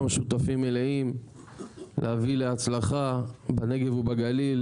שותפים מלאים להביא להצלחה בנגב ובגליל,